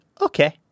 okay